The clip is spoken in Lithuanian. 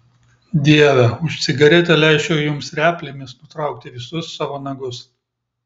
dieve už cigaretę leisčiau jums replėmis nutraukti visus savo nagus